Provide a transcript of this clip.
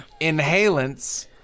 inhalants